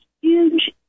huge